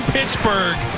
Pittsburgh